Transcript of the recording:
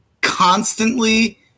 constantly